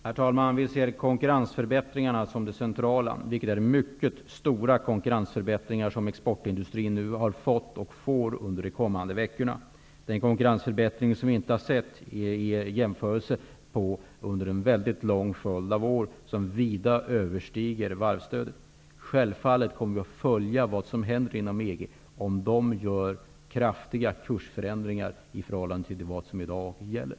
Herr talman! Vi ser konkurrensförbättringarna som det centrala, och exportindustrin har nu fått och får under de kommande veckorna mycket stora konkurrensförbättringar. Den är en konkurrensförbättring av ett slag som vi inte har sett under en lång följd av år, en konkurrensförbättring som vida överstiger varvsstödet. Självfallet kommer vi att följa vad som händer inom EG, om EG genomför kraftiga kursförändringar i förhållande till vad som i dag gäller.